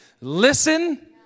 listen